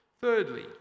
Thirdly